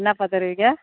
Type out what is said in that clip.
என்னாப்பா தருவீங்கள்